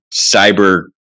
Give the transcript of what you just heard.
cyber